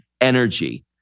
energy